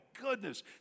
goodness